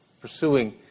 pursuing